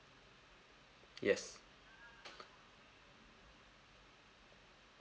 yes